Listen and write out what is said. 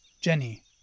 Jenny